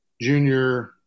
junior